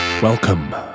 welcome